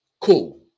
cool